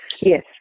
Yes